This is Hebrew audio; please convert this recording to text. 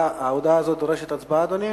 ההודעה הזאת דורשת הצבעה, אדוני?